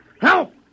Help